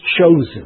chosen